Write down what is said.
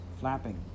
flapping